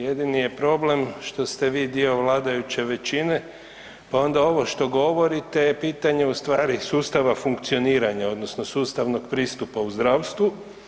Jedini je problem što ste vi dio vladajuće većine pa onda ovo što govorite je pitanje sustava funkcioniranja odnosno sustavnog pristupa u zdravstvu.